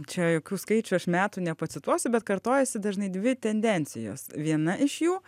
čia jokių skaičių aš metų nepacituosiu bet kartojasi dažnai dvi tendencijos viena iš jų